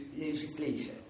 legislation